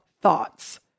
thoughts